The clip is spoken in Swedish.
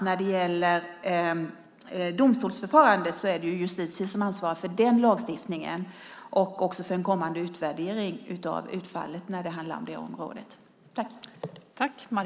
När det gäller domstolsförfarandet är det Justitiedepartementet som ansvarar för den lagstiftningen och också för en kommande utvärdering av utfallet på det området.